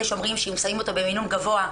יש אומרים שאם שמים אותו במינון גבוה,